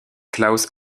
klaus